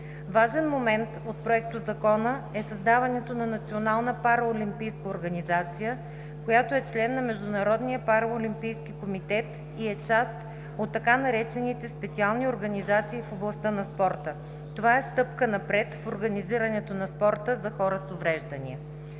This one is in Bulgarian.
Важен момент от Проектозакона е създаването на Национална параолимпийска организация, която е член на Международния параолимпийски комитет и е част от така наречените „специални организации“ в областта на спорта. Това е стъпка напред в организирането на спорта за хора с увреждания.